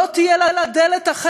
לא תהיה לה דלת אחרת,